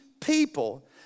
people